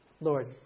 Lord